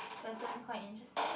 person quite interesting